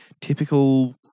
typical